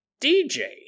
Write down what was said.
DJ